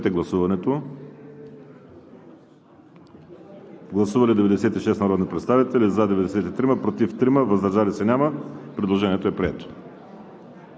предложение. Гласували 96 народни представители: за 93, против 3, въздържали се няма. Предложението е прието.